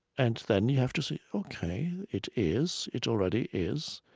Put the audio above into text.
and then you have to say, ok, it is. it already is.